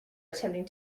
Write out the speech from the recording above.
attempting